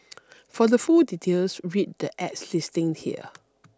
for the full details read the ad's listing here